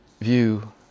view